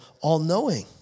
all-knowing